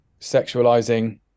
sexualizing